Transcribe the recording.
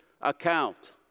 account